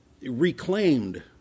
reclaimed